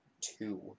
Two